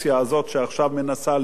שעכשיו מנסה לייפות,